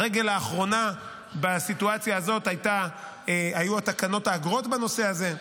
הרגל האחרונה בסיטואציה הזאת הייתה תקנות האגרות בנושא הזה,